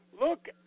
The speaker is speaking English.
Look